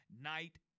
night